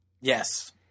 Yes